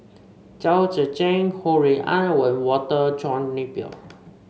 Chao Tzee Cheng Ho Rui An and Walter John Napier